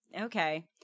Okay